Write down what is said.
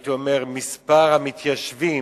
הייתי אומר, מספר המתיישבים.